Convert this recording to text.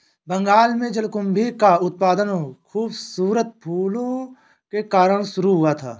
बंगाल में जलकुंभी का उत्पादन खूबसूरत फूलों के कारण शुरू हुआ था